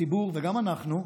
הציבור וגם אנחנו,